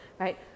right